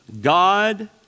God